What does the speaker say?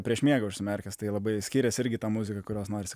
prieš miegą užsimerkęs tai labai skiriasi irgi ta muzika kurios norisi